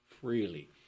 freely